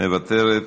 מוותרת,